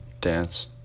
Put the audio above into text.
dance